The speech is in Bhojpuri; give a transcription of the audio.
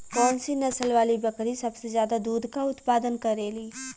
कौन से नसल वाली बकरी सबसे ज्यादा दूध क उतपादन करेली?